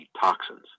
toxins